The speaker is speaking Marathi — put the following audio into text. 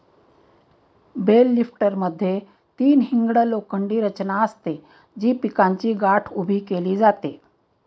बेल लिफ्टरमध्ये तीन हिंग्ड लोखंडी रचना असते, जी पिकाची गाठ उभी केली जाते